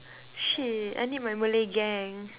shit I need my Malay gang